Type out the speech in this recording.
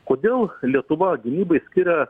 kodėl lietuva gynybai skiria